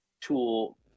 tool